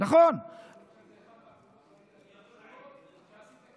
שיש לך הרבה זכויות בזה.